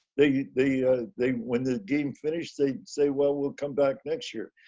they, they they win the game finished. they say, well, we'll come back next year.